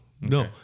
no